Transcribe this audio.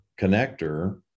connector